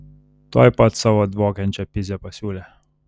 tuoj pat savo dvokiančią pizę pasiūlė